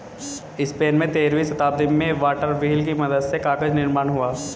Spain में तेरहवीं शताब्दी में वाटर व्हील की मदद से कागज निर्माण हुआ